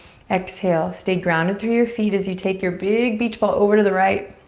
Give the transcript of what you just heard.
exhale. stay grounded through your feet as you take your big beach ball over to the right.